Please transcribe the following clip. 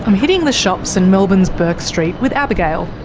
um hitting the shops in melbourne's bourke st with abigail.